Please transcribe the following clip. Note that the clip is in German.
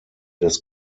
des